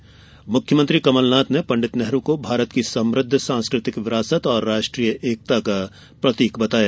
वहीं मुख्यमंत्री कमल नाथ ने पण्डित नेहरू को भारत की समृद्ध सांस्कृतिक विरासत और राष्ट्रीय एकता का प्रतीक बताया